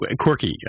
quirky